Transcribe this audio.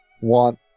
want